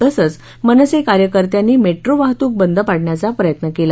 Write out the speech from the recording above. तसंच मनसे कार्यकर्त्यांनी मेट्रोवाहतूक बंद पाडण्याचा प्रयत्न केला